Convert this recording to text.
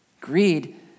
Greed